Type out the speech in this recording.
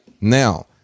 Now